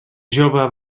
jove